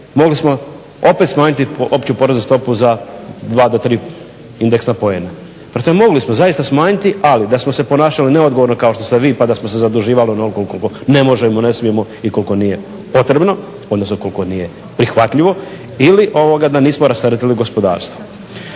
mogli smo opet smanjiti opću poreznu stopu za 2 do 3 indeksna poena. Prema tome mogli smo zaista smanjiti, ali da smo se ponašali neodgovorno kao što ste vi pa da smo se zaduživali onoliko koliko ne možemo, ne smijemo i koliko nije potrebno, odnosno koliko nije prihvatljivo ili da nismo rasteretili gospodarstvo.